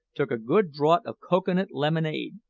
took a good draught of cocoa-nut lemonade,